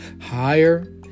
higher